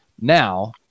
Now